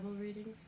reading